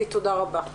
תודה רבה.